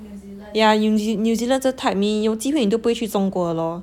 yeah New Zealand 在 top mah 有机会你都不会去中国 lor